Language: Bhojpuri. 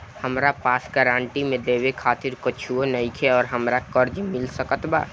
हमरा पास गारंटी मे देवे खातिर कुछूओ नईखे और हमरा कर्जा मिल सकत बा?